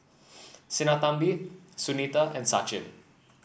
Sinnathamby Sunita and Sachin